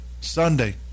Sunday